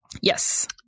Yes